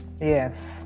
Yes